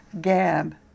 gab